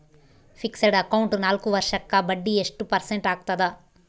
Fixed account ನಾಲ್ಕು ವರ್ಷಕ್ಕ ಬಡ್ಡಿ ಎಷ್ಟು ಪರ್ಸೆಂಟ್ ಆಗ್ತದ?